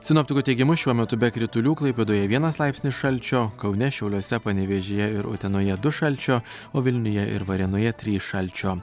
sinoptikų teigimu šiuo metu be kritulių klaipėdoje vienas laipsnis šalčio kaune šiauliuose panevėžyje ir utenoje du šalčio o vilniuje ir varėnoje trys šalčio